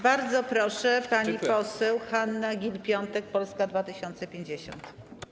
Bardzo proszę, pani poseł Hanna Gill-Piątek, Polska 2050.